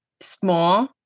small